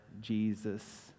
Jesus